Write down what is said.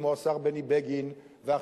כמו השר בני בגין ואחרים,